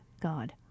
God